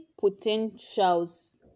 potentials